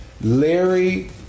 Larry